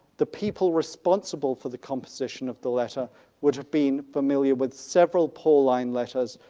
the people responsible for the composition of the letter would have been familiar with several pauline letters,